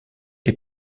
les